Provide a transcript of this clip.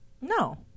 no